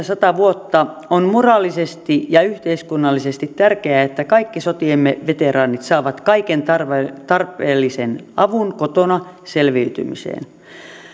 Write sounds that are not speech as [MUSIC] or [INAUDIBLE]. [UNINTELLIGIBLE] sata vuotta on moraalisesti ja yhteiskunnallisesti tärkeää että kaikki sotiemme veteraanit saavat kaiken tarpeellisen tarpeellisen avun kotona selviytymiseen